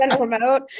remote